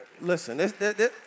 listen